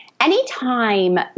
anytime